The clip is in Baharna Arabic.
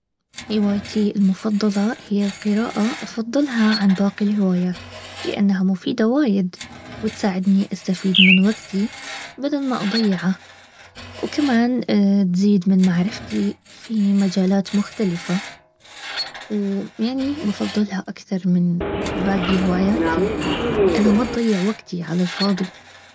هوايتي المفضلة هي القراءة افضلها عن باقي الهوايات لانها مفيدة وايد وتساعدني استفيد من وقتي بدون ما اضيعه وكمان تزيد من معرفتي في مجالات مختلفة ويعني بفضلها اكثر من باقي هواياتي لانها ما تضيع وقتي على الفاضي